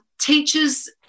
Teachers